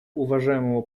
уважаемого